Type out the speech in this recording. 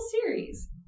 series